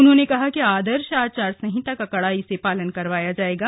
उन्होंने कहा कि चुनाव आचार संहिता का कड़ाई से पालन करवाया जाएगा